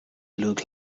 look